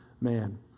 man